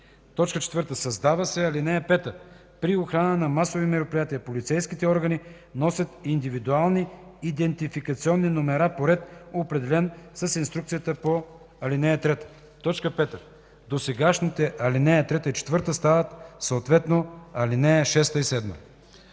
4. Създава се ал. 5: „(5) При охрана на масови мероприятия полицейските органи носят индивидуални идентификационни номера по ред, определен с инструкцията по ал. 3”. 5. Досегашните ал. 3 и 4 стават съответно ал. 6 и 7.”